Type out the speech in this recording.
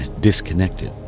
disconnected